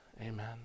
amen